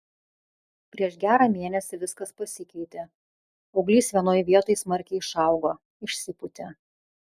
prieš gerą mėnesį viskas pasikeitė auglys vienoj vietoj smarkiai išaugo išsipūtė